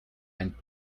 ein